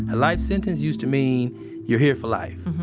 a life sentence used to mean you're here for life,